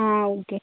okay